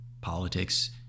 politics